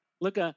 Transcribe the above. look